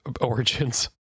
origins